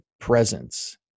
presence